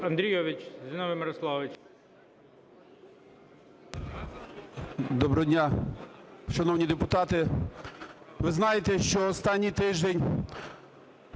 Доброго дня, шановні депутати! Ви знаєте, що останній тиждень